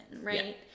right